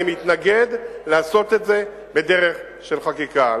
אני מתנגד לעשות את זה בדרך של חקיקה.